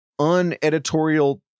uneditorial